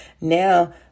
now